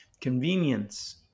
convenience